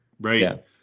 Right